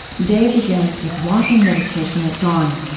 day begins with walking meditation at dawn.